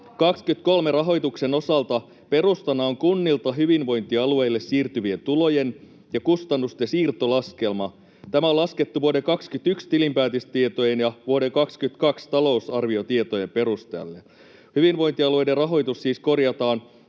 23 rahoituksen osalta perustana on kunnilta hyvinvointialueille siirtyvien tulojen ja kustannusten siirtolaskelma. Tämä on laskettu vuoden 21 tilinpäätöstietojen ja vuoden 22 talousarviotietojen perusteella. Hyvinvointialueiden rahoitus siis korjataan